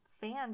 fans